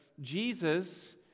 Jesus